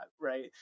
right